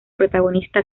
protagonista